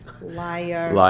Liar